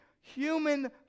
human